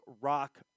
Rock